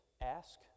ask